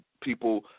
people